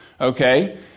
okay